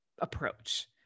approach